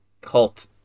cult